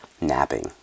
Napping